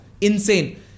Insane